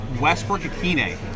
Westbrook-Akine